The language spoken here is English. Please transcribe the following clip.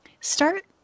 start